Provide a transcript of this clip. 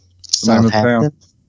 Southampton